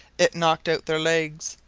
it knocked out their legs,